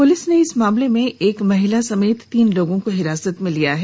police ने इस मामले में एक महिला समेत तीन लोगों को हिरासत में लिया है